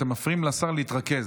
אתם מפריעים לשר להתרכז.